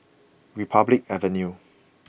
Republic Avenue